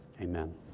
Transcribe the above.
Amen